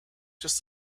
just